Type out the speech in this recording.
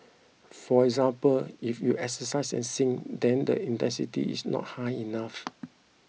for example if you exercise and sing then the intensity is not high enough